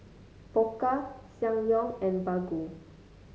Pokka Ssangyong and Baggu